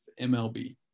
MLB